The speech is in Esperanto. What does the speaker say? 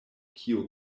kiu